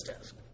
desk